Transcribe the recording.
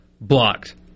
blocked